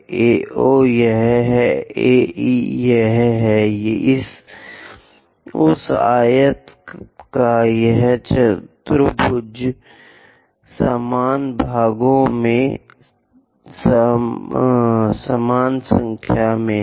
AO यह है AE यह है उस आयत का यह चतुर्भुज समान भागों में समान संख्या में है